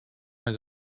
mehr